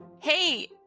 Hey